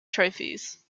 trophies